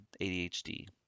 ADHD